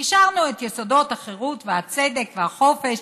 השארנו את "יסודות החירות והצדק והחופש",